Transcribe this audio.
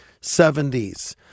70s